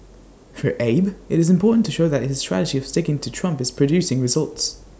for Abe IT is important to show that his strategy of sticking to Trump is producing results